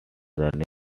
named